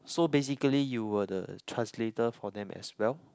so basically you were the translator for them as well